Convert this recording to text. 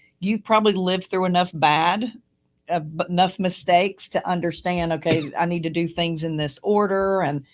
you've probably lived through enough, bad ah but enough mistakes to understand, okay, i need to do things in this order and,